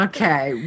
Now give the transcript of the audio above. Okay